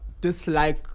Dislike